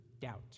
doubt